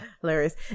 hilarious